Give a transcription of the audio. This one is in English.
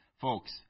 Folks